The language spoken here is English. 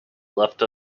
left